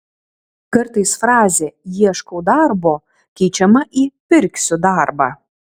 kartais frazė ieškau darbo keičiama į pirksiu darbą